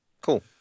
cool